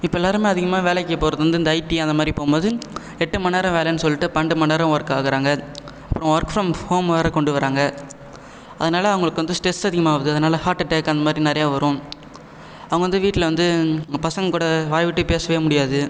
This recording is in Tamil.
இப்போ எல்லாருமே அதிகமாக வேலைக்கு போகிறது வந்து இந்த ஐடி அந்த மாதிரி போகும்போது எட்டு மணிநேரம் வேலைனு சொல்லிட்டு பன்னெண்டு மணிநேரம் ஒர்க் ஆகறாங்க அப்புறம் ஒர்க் ஃபிரம் ஹோம் வேறே கொண்டு வராங்க அதனால் அவங்களுக்கு வந்து ஸ்ட்ரெஸ் அதிகாமாகுது அதனால் ஹார்ட் அட்டேக் அந்த மாதிரி நிறையா வரும் அவங்க வந்து வீட்டில் வந்து பசங்க கூட வாய் விட்டு பேசவே முடியாது